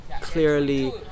clearly